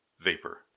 vapor